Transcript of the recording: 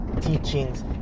teachings